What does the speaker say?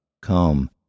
Come